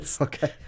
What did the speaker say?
Okay